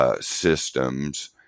systems